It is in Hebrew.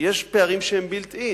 יש פערים שהם built in,